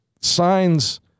signs